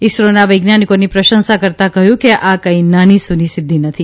ઇસરોના વૈજ્ઞાનિકોની પ્રશંસા કરતાં કહ્યું કે આ કંઇ નાનીસૂની સિદ્ધિ નથી